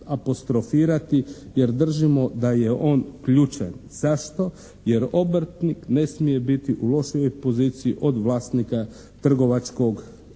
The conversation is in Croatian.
apostrofirati jer držimo da je on ključan. Zašto? Jer obrtnik ne smije biti u lošijoj poziciji od vlasnika trgovačkog